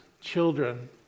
Children